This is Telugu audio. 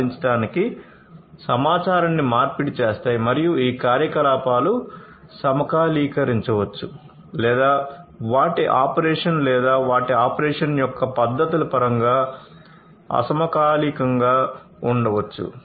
సమ్మతి ఉండవచ్చు